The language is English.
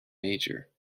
major